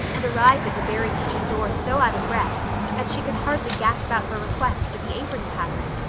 and arrived at the barry kitchen door so out of breath that she could hardly gasp out her request for the apron pattern.